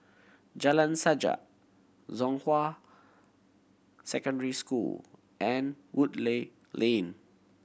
Jalan Sajak Zhonghua Secondary School and Woodleigh Lane